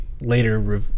later